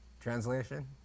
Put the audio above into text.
translation